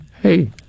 hey